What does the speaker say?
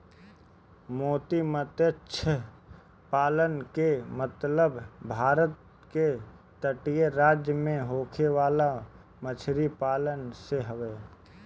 मोती मतस्य पालन से मतलब भारत के तटीय राज्य में होखे वाला मछरी पालन से हवे